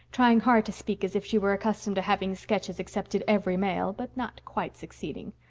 trying hard to speak as if she were accustomed to having sketches accepted every mail, but not quite succeeding.